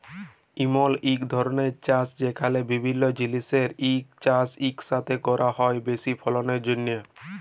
ইমল ইক ধরলের চাষ যেখালে বিভিল্য জিলিসের চাষ ইকসাথে ক্যরা হ্যয় বেশি ফললের জ্যনহে